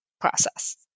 process